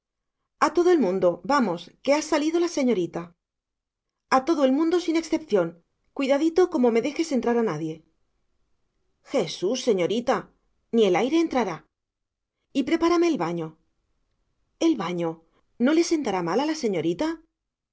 a todo el mundo vamos que ha salido la señorita a todo el mundo sin excepción cuidadito como me dejas entrar a nadie jesús señorita ni el aire entrará y prepárame el baño el baño no le sentará mal a la señorita